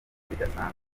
bidasanzwe